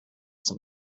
zum